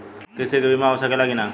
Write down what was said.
कृषि के बिमा हो सकला की ना?